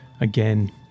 Again